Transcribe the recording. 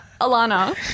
Alana